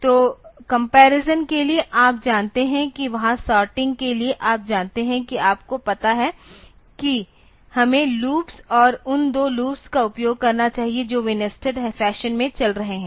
तो कॉम्परिसन के लिए आप जानते हैं वहां सॉर्टिंग के लिए आप जानते हैं कि आपको पता है कि हमें लूप्स और उन दो लूप्स का उपयोग करना चाहिए जो वे नेस्टेड फैशन में चल रहे हैं